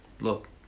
Look